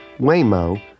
Waymo